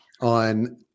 on